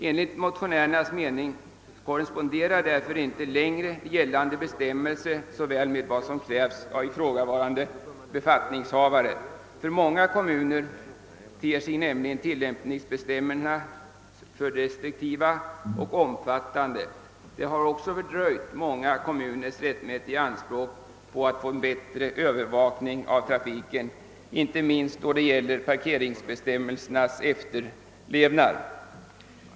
Enligt motionärernas mening korresponderar därför inte längre gällande bestämmelser med vad som krävs av ifrågavarande befattningshavare. För många kommuner ter sig nämligen tilllämpningsbestämmelserna för restriktiva och omfattande. Det har fördröjt många kommuners rättmätiga anspråk på att få en bättre övervakning av trafiken, inte minst då det gäller parkeringsbestämmelsernas efterlevnad.